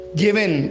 given